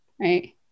Right